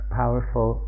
powerful